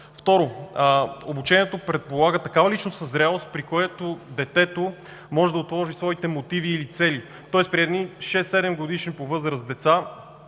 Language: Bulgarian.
Второ, обучението предполага такава личностна зрялост, при която детето може да отложи своите мотиви или цели. Тоест водеща роля при едни шест-седемгодишни по възраст деца